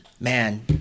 Man